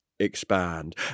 Expand